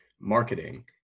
marketing